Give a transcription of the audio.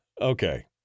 Okay